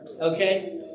okay